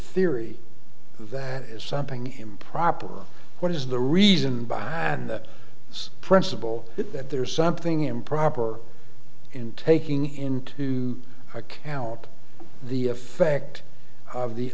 theory that is something improper what is the reason by its principle that there is something improper in taking into account the effect of the